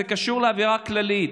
זה קשור לאווירה הכללית.